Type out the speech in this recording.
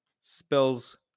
Spells